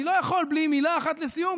אני לא יכול בלי מילה אחת לסיום,